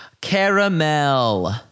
Caramel